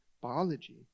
biology